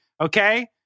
Okay